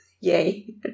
yay